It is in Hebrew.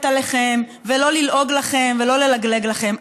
עליכם ולא ללעוג לכם ולא ללגלג עליכם.